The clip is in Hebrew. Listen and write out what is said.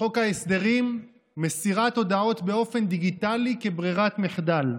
בחוק ההסדרים מסירת הודעות באופן דיגיטלי היא ברירת מחדל,